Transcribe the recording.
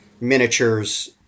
miniatures